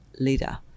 leader